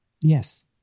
Yes